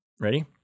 Ready